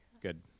Good